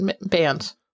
bands